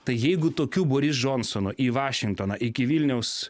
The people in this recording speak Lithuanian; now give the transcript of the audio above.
tai jeigu tokių boris džonsono į vašingtoną iki vilniaus